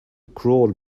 crawl